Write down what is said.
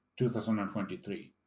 2023